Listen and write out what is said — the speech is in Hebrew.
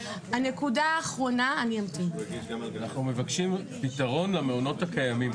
אנחנו מבקשים פתרון למעונות הקיימים,